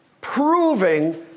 proving